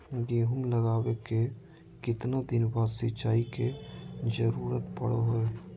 गेहूं लगावे के कितना दिन बाद सिंचाई के जरूरत पड़ो है?